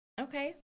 Okay